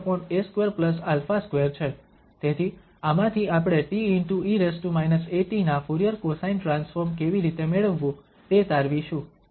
તેથી આમાંથી આપણે te−at ના ફુરીયર કોસાઇન ટ્રાન્સફોર્મ કેવી રીતે મેળવવું તે તારવીશું